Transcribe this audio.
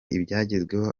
ibyagezweho